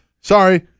sorry